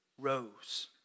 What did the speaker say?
rose